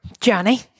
Johnny